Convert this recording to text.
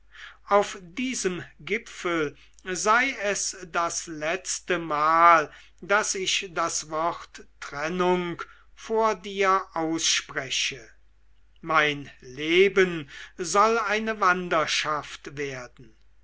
auf diesem gipfel sei es das letztemal daß ich das wort trennung vor dir ausspreche mein leben soll eine wanderschaft werden